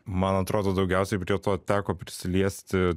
man atrodo daugiausiai prie to teko prisiliesti